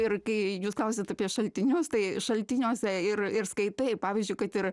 ir kai jūs klausiat apie šaltinius tai šaltiniuose ir ir skaitai pavyzdžiui kad ir